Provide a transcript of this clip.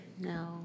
No